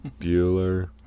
Bueller